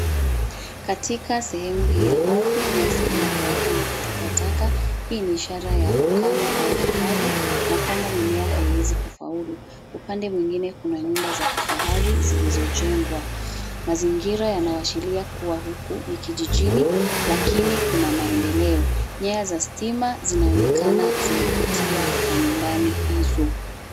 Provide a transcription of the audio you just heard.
Katika sehemu hii ya ardhi, nyasi imekauka na kutupwa taka, hii ni ishara ya ukame au ukavu na kwamba mimea haiwezi kufaulu. Upande mwingine kuna nyumba za kifahari zilizojengwa. Mazingira yanaashiria kuwa huku ni kijijini, lakini kuna maendeleo. Nyaya za stima zinaonekana zimepitia kwa nyumbani hizo.